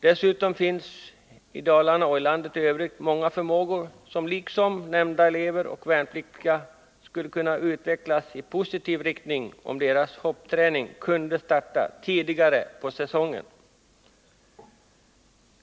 Dessutom finns både i Dalarna och i landet i övrigt många förmågor, som liksom nämnda elever och värnpliktiga skulle kunna utvecklas i positiv riktning, om deras hoppträning kunde starta tidigare på säsongen.